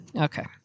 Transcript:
Okay